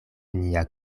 nia